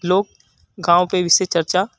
लोग गाँव पर विशेष चर्चा